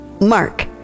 Mark